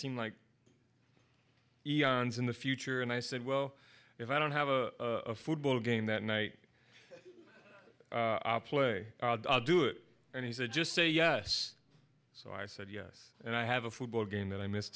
seemed like in the future and i said well if i don't have a football game that night play do it and he said just say yes so i said yes and i have a football game that i missed